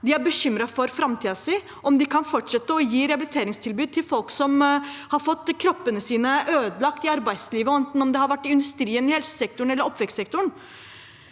De er bekymret for framtiden sin og for om de kan fortsette å gi rehabiliteringstilbud til folk som har fått kroppen sin ødelagt i arbeidslivet, enten det har vært i industrien, i helsesektoren eller i oppvekstsektoren.